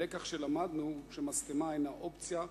הלקח שלמדנו הוא שמשטמה אינה אופציה,